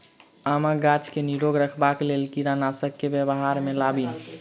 आमक गाछ केँ निरोग रखबाक लेल केँ कीड़ानासी केँ व्यवहार मे लाबी?